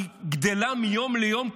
היא גדלה מיום ליום,